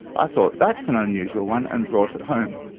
i thought, that's an unusual one and brought it home.